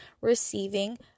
receiving